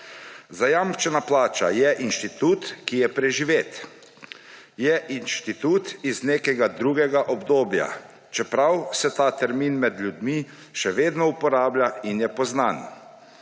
Zajamčena plača je institut, ki je preživet. Je institut iz nekega drugega obdobja, čeprav se ta termin med ljudmi še vedno uporablja in je poznan.